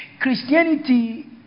Christianity